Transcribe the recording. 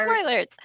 Spoilers